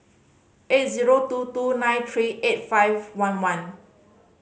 eight zero two two nine three eight five one one